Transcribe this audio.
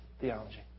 theology